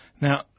Now